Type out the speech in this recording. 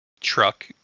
truck